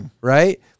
right